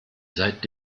seit